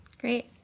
Great